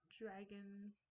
dragon